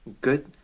good